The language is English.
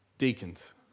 deacons